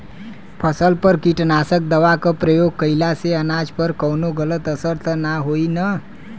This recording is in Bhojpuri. फसल पर कीटनाशक दवा क प्रयोग कइला से अनाज पर कवनो गलत असर त ना होई न?